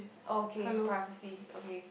okay privacy okay